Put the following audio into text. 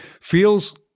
feels